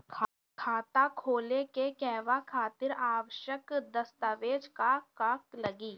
खाता खोले के कहवा खातिर आवश्यक दस्तावेज का का लगी?